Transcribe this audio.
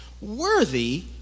worthy